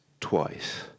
twice